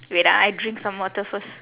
wait ah I drink some water first